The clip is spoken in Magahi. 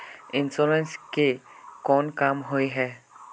इंश्योरेंस के कोन काम होय है?